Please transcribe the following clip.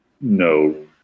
no